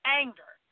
anger